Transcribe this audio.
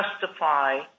justify